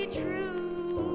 true